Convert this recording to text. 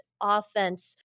offense